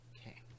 Okay